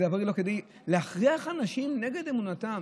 להכריח אנשים נגד אמונתם?